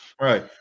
Right